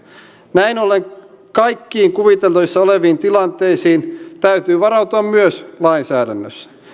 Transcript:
näin ollen kaikkiin kuviteltavissa oleviin tilanteisiin täytyy varautua myös lainsäädännössä